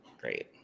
Great